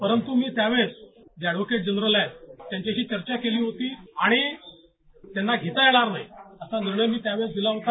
परंत्र मी त्यावेळेस जे अँडव्होकेट जनरल आहेत त्यांच्याशी चर्चा केली होती आणि त्यांना घेता येणार नाही असा निर्णय मी त्यावेळेस दिला होता